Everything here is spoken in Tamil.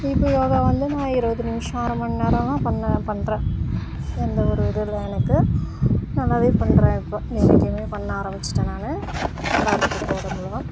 இப்போ யோகா வந்து நான் இருபது நிமிஷம் அரை மணிநேரம்லாம் பண்ணுவேன் பண்ணுறேன் எந்த ஒரு இது இல்லை எனக்கு நல்லா பண்ணுறேன் இப்போ தினைக்குமே பண்ண ஆரம்பிச்சிட்டேன் நான் நல்லா இருக்குது இப்போ உடம்புலாம்